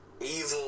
evil